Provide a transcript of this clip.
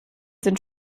sind